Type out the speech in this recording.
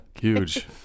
Huge